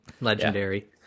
Legendary